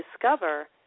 discover